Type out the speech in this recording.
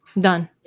Done